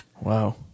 Wow